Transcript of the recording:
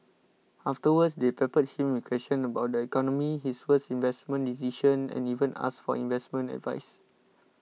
afterwards they peppered him with questions about the economy his worst investment decision and even asked for investment advice